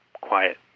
quiet